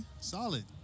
solid